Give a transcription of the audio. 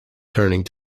turning